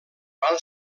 van